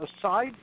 aside